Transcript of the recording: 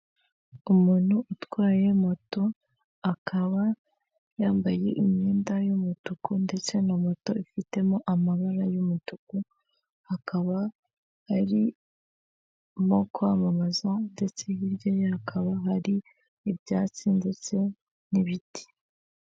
Umuntu utwaye moto akaba yambaye imyenda yumutuku ndetse na moto ifitemo amabara yumutuku, akaba arimo kwamamaza ndetse hirya hakaba haribyatsi ndetse n'ibiti.